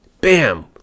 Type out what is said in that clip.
bam